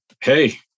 hey